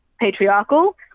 patriarchal